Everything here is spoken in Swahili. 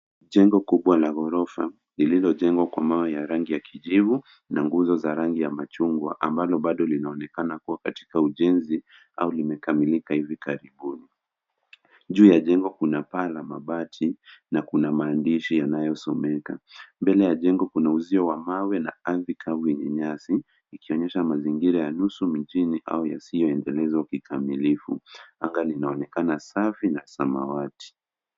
Jengo kubwa la gorofa lililojengwa kwa mawe ya rangi ya kijivu na nguzo za rangi ya machungwa ambalo bado linaonekana kuwa katika ujenzi au limekamilika hivi karibuni. Juu ya jengo kuna paa na mabati na kuna maandishi yanayosomeka. Mbele ya jengo kuna uzio wa mawe na ardhi kavu yenye nyasi ikionyesha mazingira ya nusu mjini au yasioendelezwa kikamilifu. Anga linaonekana safi na samawati.